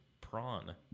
prawn